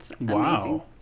Wow